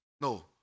No